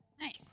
Nice